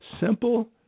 simple